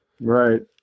right